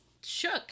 shook